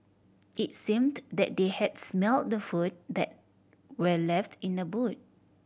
it seemed that they had smelt the food that were left in the boot